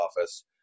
office